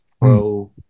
pro